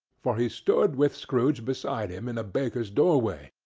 for he stood with scrooge beside him in a baker's doorway,